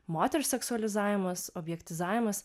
moters seksualizavimas objektyvizavimas